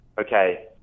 okay